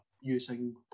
using